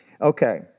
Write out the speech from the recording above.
Okay